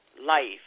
life